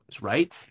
right